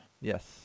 Yes